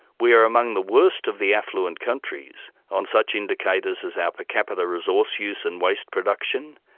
we are among the worst of the affluent countries on such indicators as our per capita resource use and waste production,